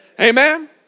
Amen